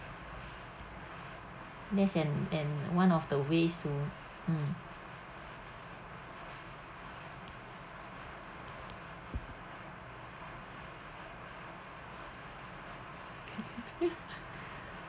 that's an an one of the ways to mm